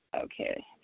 okay